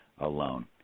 alone